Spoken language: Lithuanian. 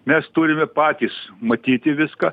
mes turime patys matyti viską